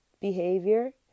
behavior